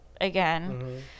again